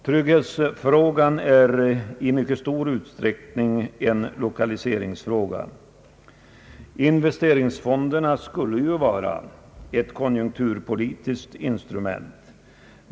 Trygghetsfrågan är i mycket stor utsträckning en lokaliseringsfråga. Investeringsfonderna skulle ju vara ett konjunkturpolitiskt instrument.